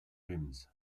rims